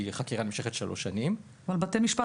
כי החקירה נמשכת שלוש שנים -- אבל בתי המשפט